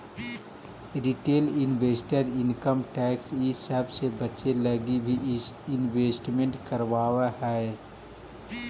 retail investor income tax इ सब से बचे लगी भी इन्वेस्टमेंट करवावऽ हई